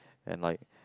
and like